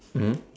mmhmm